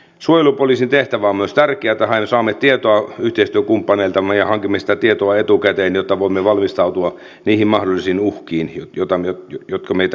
suojelupoliisin tehtävä on myös tärkeä että saamme tietoa yhteistyökumppaneiltamme ja hankimme sitä tietoa etukäteen jotta voimme valmistautua niihin mahdollisiin uhkiin jotka meitä uhkaavat